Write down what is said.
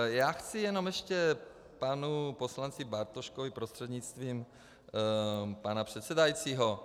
Já chci jenom ještě k panu poslanci Bartoškovi prostřednictvím pana předsedajícího.